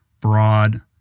broad